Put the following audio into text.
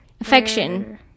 Affection